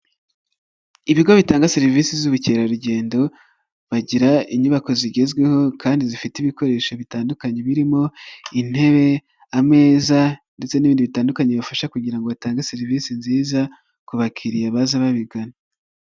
Ibigo bitanga serivisi z'ubukerarugendo, bagira inyubako zigezweho kandi zifite ibikoresho bitandukanye birimo intebe, ameza, ndetse n'ibindi bitandukanye bifasha kugira batange serivisi nziza ku bakiriya baza babigana.